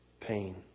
pain